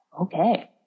Okay